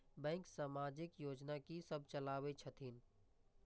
Bank समाजिक योजना की सब चलावै छथिन?